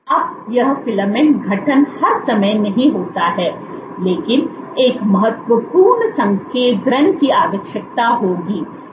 अब यह फिलामेंट गठन हर समय नहीं होता है लेकिन एक महत्वपूर्ण संकेंद्रण की आवश्यकता होगी